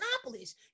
accomplished